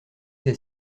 des